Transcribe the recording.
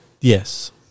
Yes